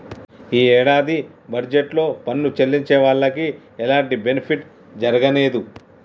యీ యేడాది బడ్జెట్ లో పన్ను చెల్లించే వాళ్లకి ఎలాంటి బెనిఫిట్ జరగనేదు